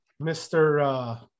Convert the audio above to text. mr